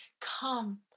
come